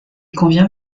convient